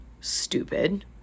stupid